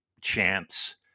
chance